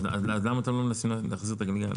אז למה אתם לא מנסים להחזיר את הגלגל?